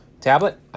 Tablet